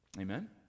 Amen